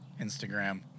Instagram